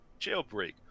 jailbreak